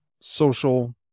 social